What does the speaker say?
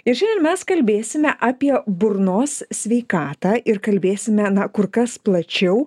ir šiandien mes kalbėsime apie burnos sveikatą ir kalbėsime na kur kas plačiau